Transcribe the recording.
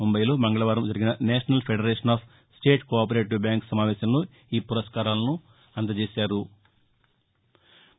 ముంబయిలో మంగళవారం జరిగిన national federation of state cooperative banks సమావేశంలో ఈపురస్కారాలను అందజేశారు